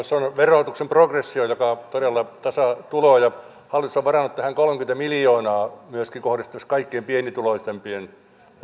suomen verotuksen progressio todella tasaa tuloja hallitus on varannut tähän kolmekymmentä miljoonaa se myöskin kohdistuisi kaikkein pienituloisimpien